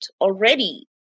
already